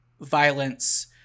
violence